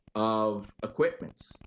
of equipment,